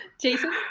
Jason